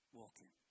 walking